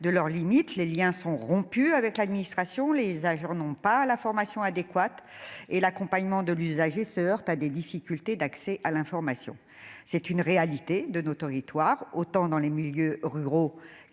de leurs limites, les Liens sont rompues avec l'administration, les agents n'ont pas la formation adéquate et l'accompagnement de l'usager se heurte à des difficultés d'accès à l'information, c'est une réalité de nos territoires, autant dans les milieux ruraux